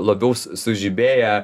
labiau sužibėję